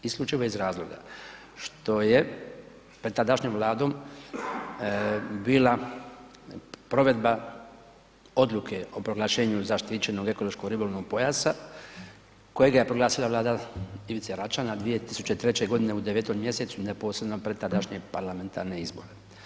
Isključivo iz razloga što je pred tadašnjom Vladom bila provedba odluke o proglašenju zaštićenog ekološko-ribolovnog pojasa kojega je proglasila Vlada Ivice Račana 2003. g. u 9, mj. neposredno pred tadašnje parlamentarne izbore.